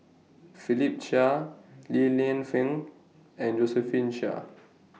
Philip Chia Li Lienfung and Josephine Chia